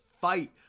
fight